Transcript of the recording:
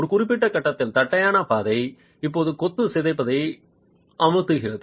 ஒரு குறிப்பிட்ட கட்டத்தில் தட்டையான பாதை இப்போது கொத்து சிதைப்பதை அழுத்துகிறது